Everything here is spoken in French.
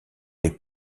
des